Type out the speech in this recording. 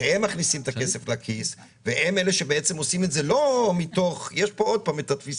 אתה מקווה שהמקסימום רווח שהם מנסים להשיג יהיה עם איכות מינימאלית